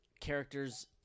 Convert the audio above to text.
characters